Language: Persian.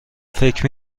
فکر